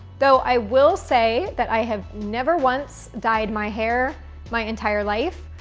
though, i will say, that i have never once dyed my hair my entire life.